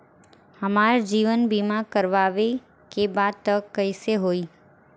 हमार जीवन बीमा करवावे के बा त कैसे होई?